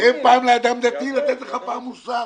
תן פעם לאדם דתי לתת לך פעם מוסר,